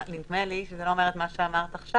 נדמה לי שזה לא אומר את מה שאמרת עכשיו.